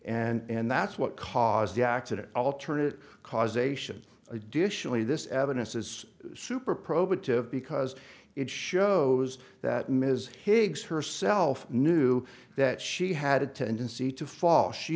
and that's what caused the accident alternate causation additionally this evidence is super probative because it shows that ms higgs herself knew that she had a tendency to fall she